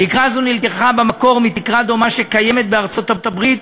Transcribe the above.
תקרה זו נלקחה במקור מתקרה דומה שקיימת בארצות-הברית